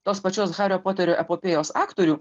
tos pačios hario poterio epopėjos aktorių